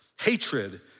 Hatred